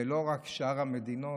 ולא רק שאר המדינות.